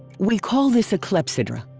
we call this a clepsydra,